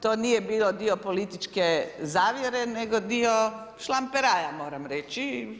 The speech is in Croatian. To nije bi dio političke zavjere nego dio šlamperaja, moram reći.